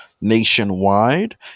nationwide